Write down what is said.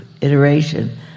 iteration